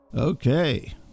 okay